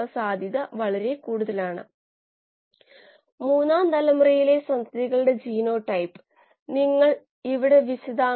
ഒരു സാധാരണ കോശവും ഉൽപ്പന്ന രൂപീകരണവും നമുക്ക് പരിഗണിക്കാം